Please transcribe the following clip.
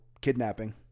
kidnapping